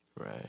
Right